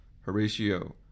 Horatio